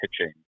pitching